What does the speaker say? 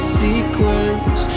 sequence